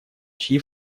чьи